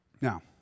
Now